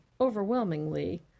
Overwhelmingly